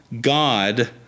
God